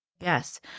Yes